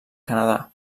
canadà